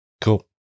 Cool